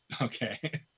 Okay